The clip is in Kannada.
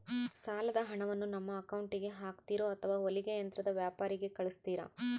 ಸಾಲದ ಹಣವನ್ನು ನಮ್ಮ ಅಕೌಂಟಿಗೆ ಹಾಕ್ತಿರೋ ಅಥವಾ ಹೊಲಿಗೆ ಯಂತ್ರದ ವ್ಯಾಪಾರಿಗೆ ಕಳಿಸ್ತಿರಾ?